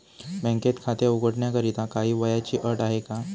बँकेत खाते उघडण्याकरिता काही वयाची अट आहे का?